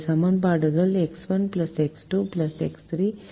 சமன்பாடுகள் X1 X2 X3 0X4 0a1 5